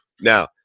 Now